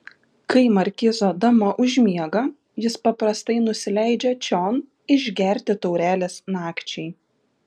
kai markizo dama užmiega jis paprastai nusileidžia čion išgerti taurelės nakčiai